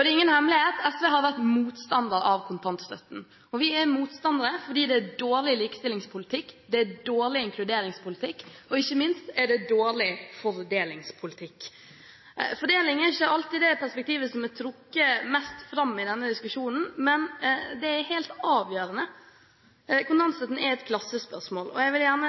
er ingen hemmelighet at SV har vært motstander av kontantstøtten. Vi er motstandere fordi det er dårlig likestillingspolitikk, det er dårlig inkluderingspolitikk, og ikke minst er det dårlig fordelingspolitikk. Fordeling er ikke alltid det perspektivet som er trukket mest fram i denne diskusjonen, men det er helt avgjørende. Kontantstøtten er et klassespørsmål, og jeg vil gjerne